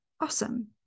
awesome